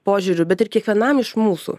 požiūriu bet ir kiekvienam iš mūsų